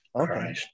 Okay